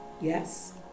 Yes